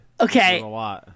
Okay